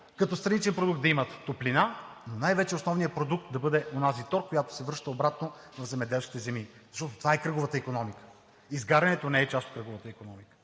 като страничен продукт, да има топлина, но най-вече основният продукт да бъде онази тор, който се връща обратно в земеделските земи, защото това е кръговата икономика. Изгарянето не е част от кръговата икономика.